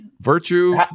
Virtue